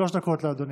שלוש דקות לאדוני.